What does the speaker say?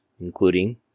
including